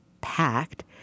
packed